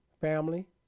family